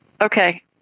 Okay